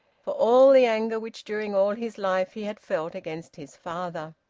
for all the anger which during all his life he had felt against his father.